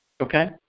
Okay